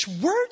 words